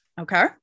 Okay